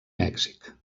mèxic